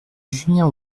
julien